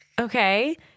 Okay